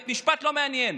בית משפט לא מעניין.